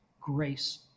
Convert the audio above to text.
grace